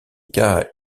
cas